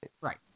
Right